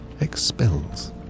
expels